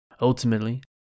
ultimately